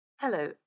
Hello